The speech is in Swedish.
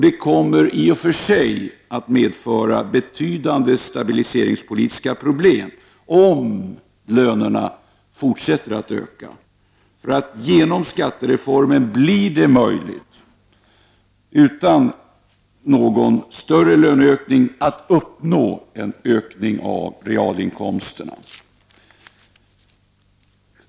Det kommer i och för sig att medföra betydande stabiliseringspolitiska problem om lönerna fortsätter att öka. Men genom skattereformen blir det möjligt att utan någon större löneökning uppnå en viss ökning av realinkomsterna.